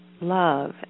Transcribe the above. love